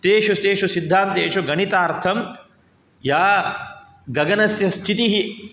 तेषु तेषु सिद्धान्तेषु गणितार्थं या गगनस्य स्थतिः